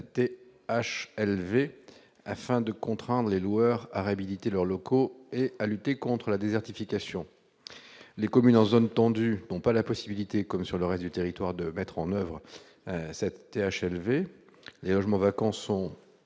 THLV, afin de contraindre les loueurs à réhabiliter leurs locaux et de lutter contre la désertification. Les communes en zone tendue n'ont pas la possibilité, comme sur le reste du territoire, de mettre en oeuvre une THLV. Les logements vacants sont